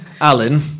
Alan